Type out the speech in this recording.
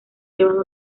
llevado